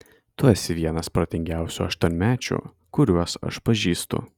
tu esi vienas protingiausių aštuonmečių kuriuos aš pažįstu